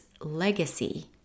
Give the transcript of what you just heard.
legacy